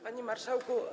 Panie Marszałku!